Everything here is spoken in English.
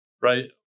right